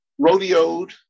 rodeoed